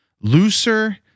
looser